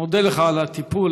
מודה לך על הטיפול,